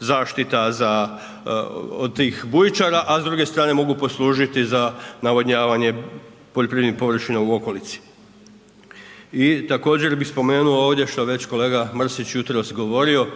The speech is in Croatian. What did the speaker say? zaštita za od tih bujičara, a s druge strane mogu poslužiti za navodnjavanje poljoprivrednih površina u okolici. I također bih spomenuo ovdje što već kolega Mrsić jutros govorio.